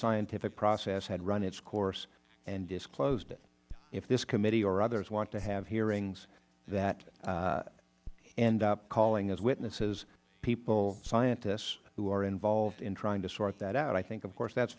scientific process had run its course and disclosed it if this committee or others want to have hearings that end up calling as witnesses people scientists who are involved in trying to sort that out i think of course that